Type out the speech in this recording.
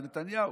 זה נתניהו.